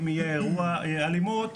אם יהיה אירוע אלימות